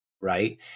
right